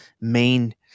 main